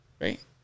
right